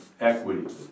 equity